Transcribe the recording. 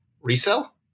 Resell